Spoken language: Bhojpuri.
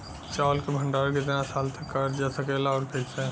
चावल क भण्डारण कितना साल तक करल जा सकेला और कइसे?